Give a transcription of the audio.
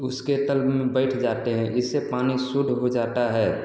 उसके तल में बैठ जाते हैं इससे पानी शुद्ध हो जाता है